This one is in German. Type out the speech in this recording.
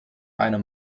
einer